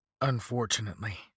Unfortunately